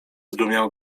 zdumiał